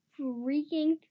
freaking